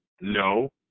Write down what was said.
No